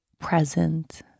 present